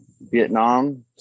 Vietnam